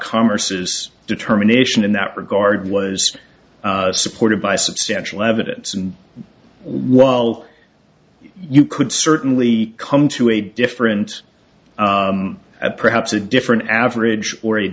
converses determination in that regard was supported by substantial evidence and while you could certainly come to a different at perhaps a different average or